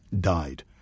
died